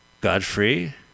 Godfrey